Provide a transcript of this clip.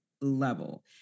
level